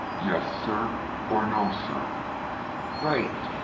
yes sir or no sir right.